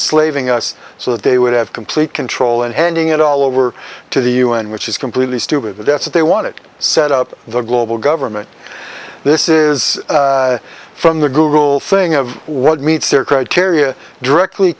slaving us so that they would have complete control and handing it all over to the un which is completely stupid but that's what they want to set up the global government this is from the google thing of what meets their criteria directly